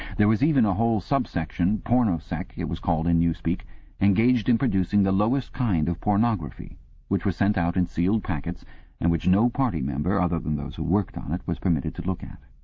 there was even a whole sub-section pornosec, it was called in newspeak engaged in producing the lowest kind of pornography which was sent out in sealed packets and which no party member, other than those who worked on it, was permitted to look at.